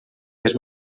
les